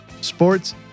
sports